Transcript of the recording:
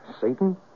Satan